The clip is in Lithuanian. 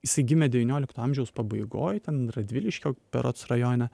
jisai gimė devyniolikto amžiaus pabaigoj ten radviliškio berods rajone